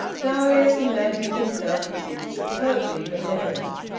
darius imagined himself to be superbly benevolent.